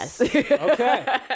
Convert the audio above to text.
Okay